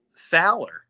Fowler